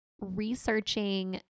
researching